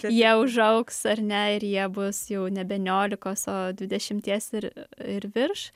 jie užaugs ar ne ir jie bus jau nebe niolikos o dvidešimties ir ir virš